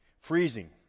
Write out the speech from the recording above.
freezing